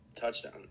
touchdown